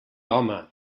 home